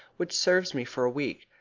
which serves me for a week,